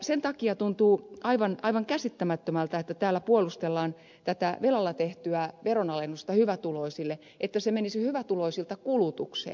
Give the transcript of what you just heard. sen takia tuntuu aivan käsittämättömältä että täällä puolustellaan tätä velalla tehtyä veronalennusta hyvätuloisille että se menisi hyvätuloisilta kulutukseen